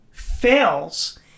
fails